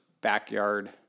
Backyard